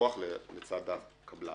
מהלקוח לצד הקבלן.